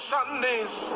Sunday's